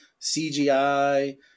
CGI